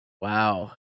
Wow